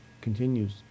continues